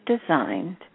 designed